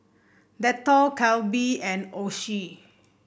Dettol Calbee and Oishi